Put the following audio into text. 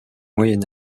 moyen